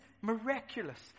miraculous